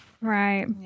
right